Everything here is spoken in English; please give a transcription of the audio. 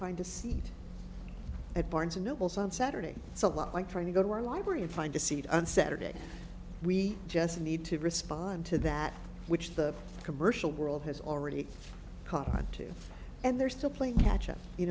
find a seat at barnes and nobles on saturday it's a lot like trying to go to our library and find a seat on saturday we just need to respond to that which the commercial world has already caught on to and they're still playing catch up you